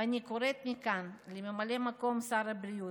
ואני קוראת מכאן לממלא מקום שר הבריאות